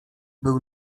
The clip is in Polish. był